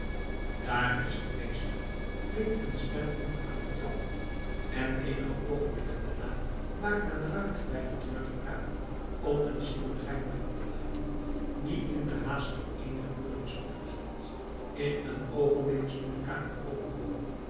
daar is de meester klinkt een stem onder aan de trap en eenige oogenblikken daarna maakt men ruimte bij de deur der kamer om een chirurgijn binnen te laten die inderhaast door een der buren is opgezocht in een oogenblik is nu de kamer overvol